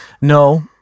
No